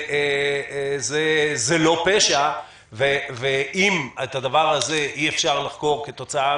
זה לא פשע ואם אי אפשר לחקור את הדבר הזה כתוצאה